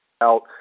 out